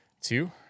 Two